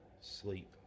sleep